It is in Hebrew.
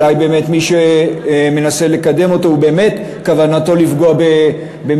אולי באמת מי שמנסה לקדם אותו כוונתו לפגוע במפלגות,